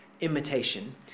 Imitation